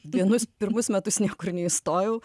vienus pirmus metus niekur neįstojau